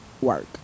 work